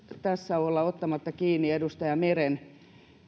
tässä olla ottamatta kiinni edustaja meren